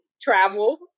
travel